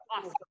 awesome